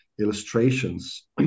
illustrations